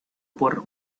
por